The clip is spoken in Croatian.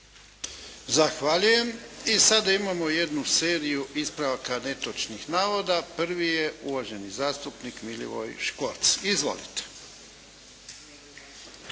Zahvaljujem. I sada imamo jednu seriju ispravaka netočnih navoda. Prvi je uvaženi zastupnik Milivoj Škvorc. Izvolite.